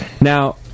Now